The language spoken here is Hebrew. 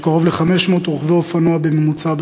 של קרוב ל-500 רוכבי אופנוע בממוצע,